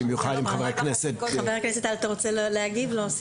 חבר הכנסת טל, אתה רוצה להגיב, להוסיף?